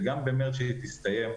וגם במארס כשהיא תסתיים,